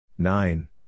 Nine